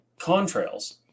contrails